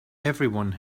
everyone